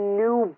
new